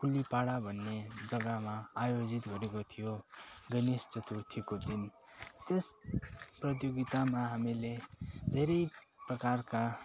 कुलीपाढा भन्ने जग्गामा आयोजित गरेको थियो गणेश चतुर्थीको दिन त्यस प्रतियोगितामा हामीले धेरै प्रकारका